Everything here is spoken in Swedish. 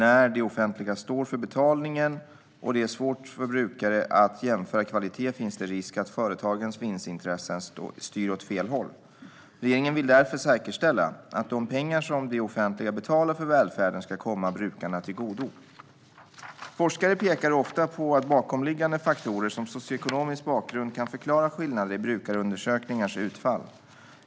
När det offentliga står för betalningen och det är svårt för brukare att jämföra kvalitet finns det risk att företagens vinstintressen styr åt fel håll. Regeringen vill därför säkerställa att de pengar som det offentliga betalar för välfärden ska komma brukarna till godo. Forskare pekar ofta på att bakomliggande faktorer, som socioekonomisk bakgrund, kan förklara skillnader i brukarundersökningars utfall.